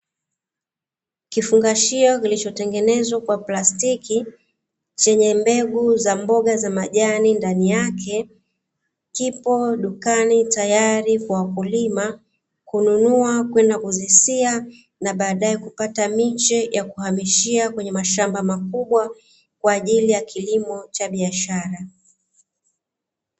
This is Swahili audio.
Kifungashio kilichotengenezwa kwa plastiki, chenye mbegu za mboga za majani ndani yake, kipo dukani tayari kwa wakulima kununua kwenda kuzisia na baadae kukata miche ya kuhamishia kwenye mashamba makubwa, kwa ajili ya kilimo cha biashara.